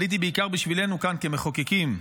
עליתי בעיקר בשבילנו כאן כמחוקקים.